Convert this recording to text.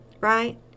right